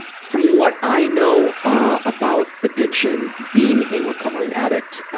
from what i know, ah, about addiction, being a recovering addict,